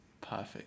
Perfect